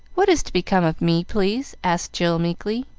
what is to become of me, please? asked jill, meekly.